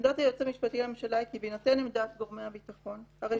עמדת היועץ המשפטי לממשלה היא כי בהינתן עמדת גורמי הביטחון הרי